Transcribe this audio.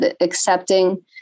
accepting